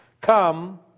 Come